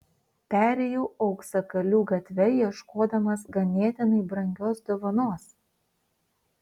perėjau auksakalių gatve ieškodamas ganėtinai brangios dovanos